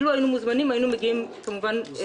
אם היינו מוזמנים, היינו מגיעים כנדרש.